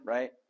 Right